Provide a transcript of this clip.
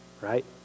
right